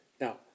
Now